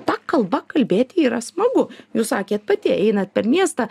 ta kalba kalbėti yra smagu jūs sakėt pati einat per miestą